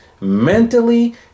mentally